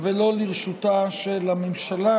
ולא לרשותה של הממשלה,